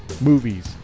movies